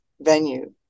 venue